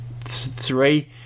three